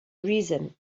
reason